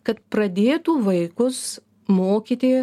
kad pradėtų vaikus mokyti